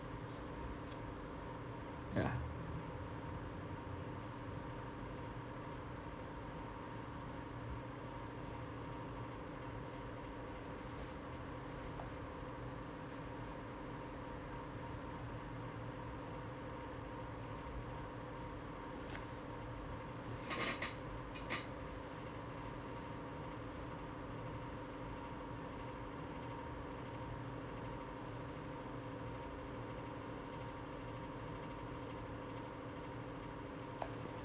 ya